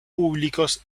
públicos